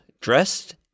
dressed